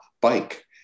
bike